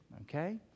Okay